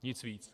Nic víc.